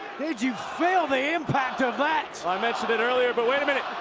did you feel the impact of that? i mentioned it earlier, but wait a minute,